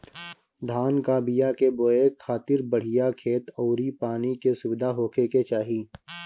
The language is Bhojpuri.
धान कअ बिया के बोए खातिर बढ़िया खेत अउरी पानी के सुविधा होखे के चाही